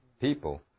people